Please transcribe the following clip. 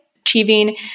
achieving